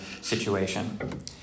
situation